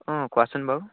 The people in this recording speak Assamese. অঁ কোৱাচোন বাৰু